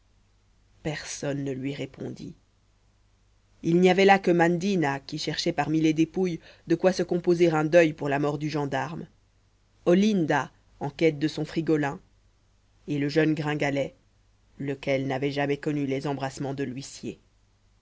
personne ne lui répondit il n'y avait là que mandina qui cherchait parmi les dépouilles de quoi se composer un deuil pour la mort du gendarme olinda en quête de son frigolin et le jeune gringalet lequel n'avait jamais connu les embrassements de l'huissier